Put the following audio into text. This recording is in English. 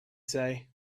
say